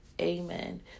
Amen